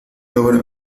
ahora